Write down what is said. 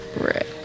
right